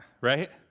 right